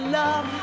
love